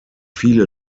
viele